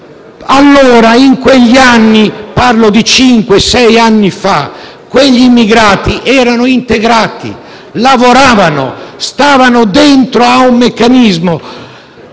In quegli anni (parlo di cinque o sei anni fa), quegli immigrati erano integrati, lavoravano, stavano dentro a un meccanismo.